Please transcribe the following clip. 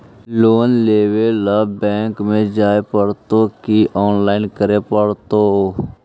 Loan लेवे ल bank में जाय पड़तै कि औनलाइन करे पड़तै?